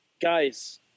guys